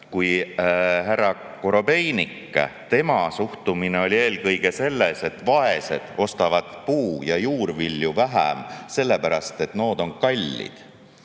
Härra Korobeiniku suhtumine oli eelkõige selline, et vaesed ostavad puu- ja juurvilju vähem sellepärast, et nood on kallid.